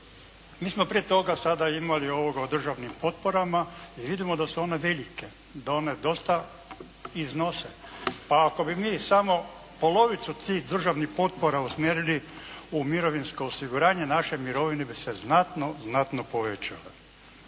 Mi smo prije toga sada imali ovoga o državnim potporama i vidimo da su one velike. Da one dosta iznose. A ako bi mi samo polovicu tih državnih potpora usmjerili u mirovinsko osiguranje naše mirovine bi se znatno, znatno povećale.